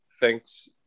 thanks